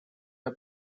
the